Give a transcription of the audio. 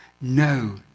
No